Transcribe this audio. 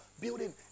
building